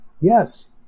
Yes